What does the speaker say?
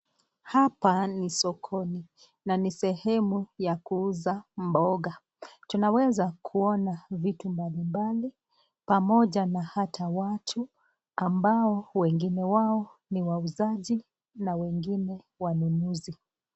Hapa ni sokoni na ni sehemu ya kuuza mboga. Tunaeza kuona vitu mbalimbali pamoja na hata watu ambao wengine wao ni wauzaji na wengine wanunuzi.